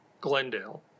Glendale